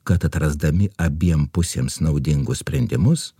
kad atrasdami abiem pusėms naudingus sprendimus